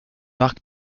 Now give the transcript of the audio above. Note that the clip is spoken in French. marc